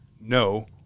no